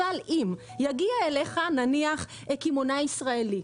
אבל אם יגיע אליך קמעונאי ישראלי,